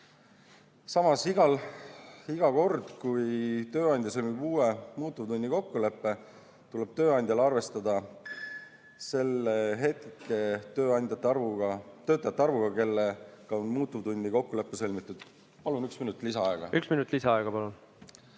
Samas, iga kord, kui tööandja sõlmib uue muutuvtunni kokkuleppe, tuleb tööandjal arvestada selle hetke töötajate arvuga, kellega muutuvtunni kokkulepe on sõlmitud. Palun üks minut lisaaega. Üks minut lisaaega, palun!